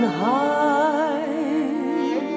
high